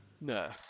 No